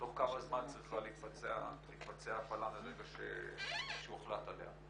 תוך כמה זמן צריכה להתבצע הפלה מרגע שהוחלט עליה.